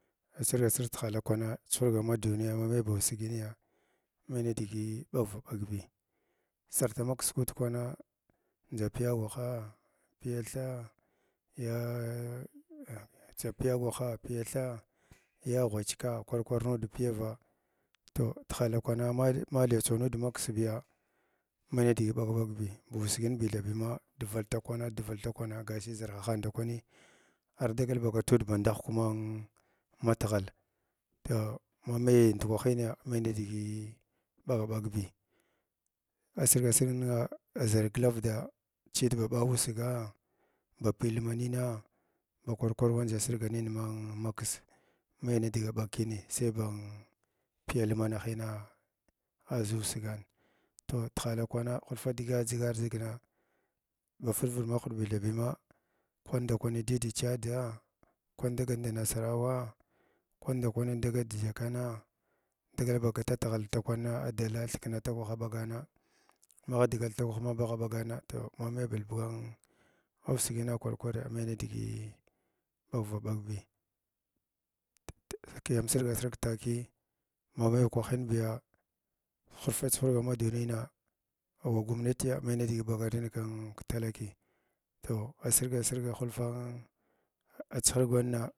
Asirga sirga tihals kwana chuhurgama duniya ma mai ba ussigini mai nidigi ɓagva ɓagbi sav dama kis nuɗ kwana ndʒa piyagwaha ya thaahaa yaa yaa ndʒa oiyagwaha piya thahna ya ghwachkah kwar kwa nud piya raa toh tihals kwan ma hathni thab nud maksa biya mai nidigi ɓagara ɓagbi bussigin bibithabi ma dwval tukraa duval takwana gashi ʒar hahan ndakwanii ardagal ba gatud band ahwakwa mung man matghala toh ma mai ndukwahiniyi mai nidigii ɓagha ɓagbi asvga sirg ningha zir glavda chiyit ba ɓa ussugaa piyal nanina ba kwa kww wandʒa sirga ning maks mai nuduga ɓag kini sai ba piyalnanina aʒ ussugan toh tuhala kwana hulfu digi ndʒighar ndʒiʒna ba firvid mahiɗibima kranda kwani dida chadaa, kwan dagat da ma nasarawa, kwana kwani dagat ci jakkanga dagal ba gath dighal takwana adala a thikng ta kwah a ɓagana magh digal təkwah ma aɓa ɓagana toh ma mai bulga a ussigina kwar kwariya ec e mai nidgi e, ɓagva ɓagbi ti ti kiyam sirga sirg tzkii ma mai kwahin biya hwfa chuhurga ma daniyinna mava dumaliya mai nidigi ɓagar nin ninƙi talagii toh, hasivga sirga halfu a chuhurganna.